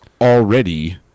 already